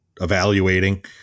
evaluating